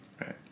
Right